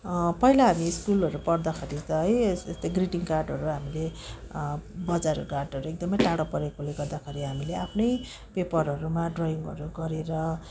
पहिला हामी स्कुलहरू पढदाखेरि त है यस्तो यस्तो ग्रिटिङ कार्डहरू हामीले बजार घाटहरू एकदमै टाढा परेकोले गर्दाखेरि हामीले आफ्नै पेपरहरूमा ड्रयिङहरू गरेर